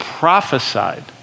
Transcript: Prophesied